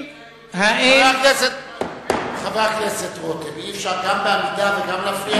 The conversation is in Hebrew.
חבר הכנסת רותם, אי-אפשר גם בעמידה וגם להפריע